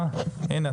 הינה,